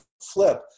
flip